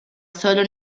solo